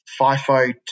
FIFO